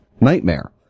nightmare